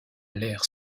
l’ère